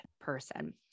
person